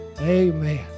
Amen